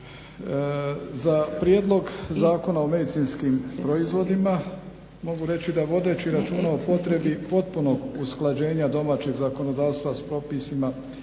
Za prijedlog Zakona o medicinskim proizvodima mogu reći da vodeći računa o potrebi potpunog usklađenja domaćeg zakonodavstva s propisima